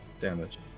damage